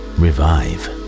revive